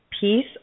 peace